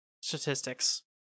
statistics